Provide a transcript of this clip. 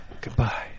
goodbye